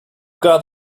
got